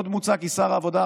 עוד מוצע כי שר העבודה,